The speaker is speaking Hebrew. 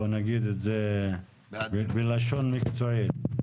בואו נגיד את זה בלשון מקצועית.